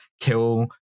kill